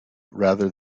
rather